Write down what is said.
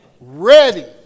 ready